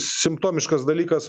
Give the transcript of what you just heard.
simptomiškas dalykas